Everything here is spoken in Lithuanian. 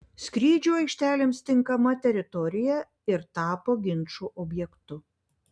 skrydžių aikštelėms tinkama teritorija ir tapo ginčų objektu